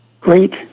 great